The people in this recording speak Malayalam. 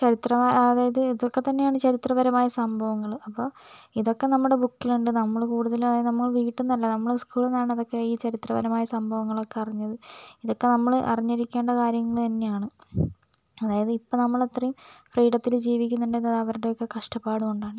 ചരിത്രമായി അതായത് ഇതൊക്കെ തന്നെയാണ് ചരിത്രപരമായ സംഭവങ്ങൾ അപ്പോൾ ഇതൊക്കെ നമ്മുടെ ബുക്കിലുണ്ട് നമ്മൾ കൂടുതലായും നമ്മൾ വീട്ടിന്നല്ല നമ്മൾ സ്കൂളിന്നാണ് അതൊക്കെ ഈ ചരിത്രപരമായ സംഭവങ്ങളൊക്കെ അറിഞ്ഞത് ഇതൊക്കെ നമ്മൾ അറിഞ്ഞിരിക്കേണ്ട കാര്യങ്ങൾ തന്നെയാണ് അതായത് ഇപ്പോൾ നമ്മളത്രേം ഫ്രീഡത്തിൽ ജീവിക്കുന്നുണ്ടെങ്കിൽ അത് അവരുടെയൊക്കെ കഷ്ടപ്പാടുകൊണ്ടാണ്